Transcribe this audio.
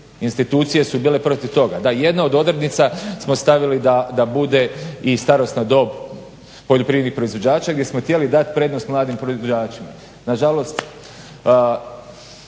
institucije su bile protiv toga da jedna od odrednica smo stavili da bude i starosna dob poljoprivrednih proizvođača gdje smo htjeli dati prednost mladim proizvođačima. Nažalost